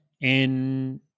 in-